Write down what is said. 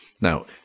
Now